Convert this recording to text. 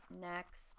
Next